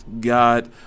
God